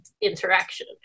interaction